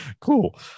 cool